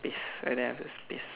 I don't have the space